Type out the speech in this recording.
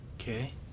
Okay